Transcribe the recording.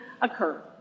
occur